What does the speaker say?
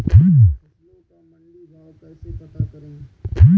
फसलों का मंडी भाव कैसे पता करें?